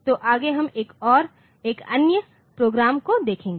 तो आगे हम एक अन्य प्रोग्राम को देखेंगे